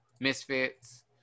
Misfits